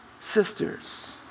Sisters